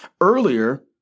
Earlier